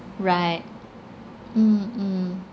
right mm mm